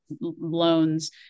loans